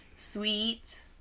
Sweet